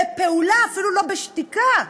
בפעולה, אפילו לא בשתיקה,